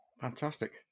Fantastic